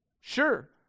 Sure